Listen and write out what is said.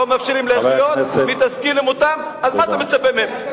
אז מה אתה מצפה מהם,